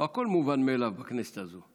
לא הכול מובן מאליו בכנסת הזו.